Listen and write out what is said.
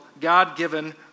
God-given